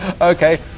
Okay